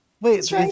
wait